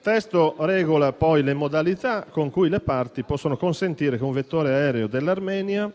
testo regola poi le modalità con cui le parti possono consentire che un vettore aereo dell'Armenia